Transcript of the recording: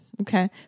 Okay